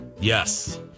Yes